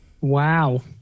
Wow